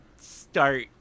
start